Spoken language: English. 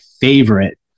favorite